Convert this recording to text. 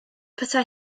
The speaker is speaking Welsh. petai